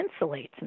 insulates